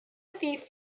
thief